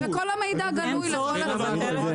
וכל המידע גלוי לכל הציבור.